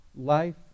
life